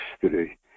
today